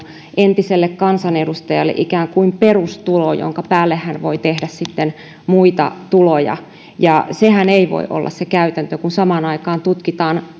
entiselle kansanedustajalle ikään kuin perustulo jonka päälle hän voi tehdä sitten muita tuloja sehän ei voi olla se käytäntö kun samaan aikaan tutkitaan